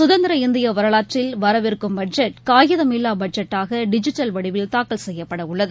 சுதந்திர இந்தியவரலாற்றில் வரவிருக்கும் பட்ஜெட் காகிதமில்லாபட்ஜெட்டாகடிஜிட்டல் வடிவில் தூக்கல் செய்யப்படஉள்ளது